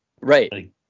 Right